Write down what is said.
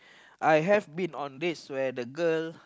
I have been on dates where the girl